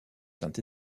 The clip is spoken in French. saint